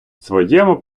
своєму